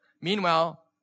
Meanwhile